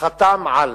חתם על